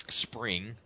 spring